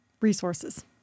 resources